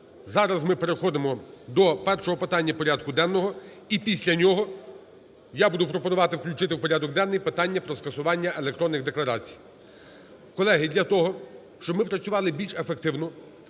Зараз ми переходимо до першого питання порядку денного. І після нього я буду пропонувати включити в порядок денний питання про скасування електронних декларацій. Колеги, для того, щоб ми працювали більш ефективно,